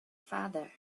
father